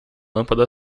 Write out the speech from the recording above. lâmpada